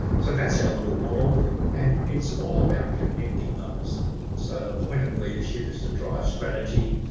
so that's our little model and it's all about connecting those so the point of leadership is to drive strategy,